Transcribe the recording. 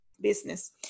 Business